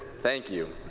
thank you.